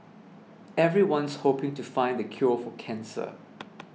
everyone's hoping to find the cure for cancer